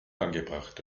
angebracht